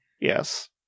Yes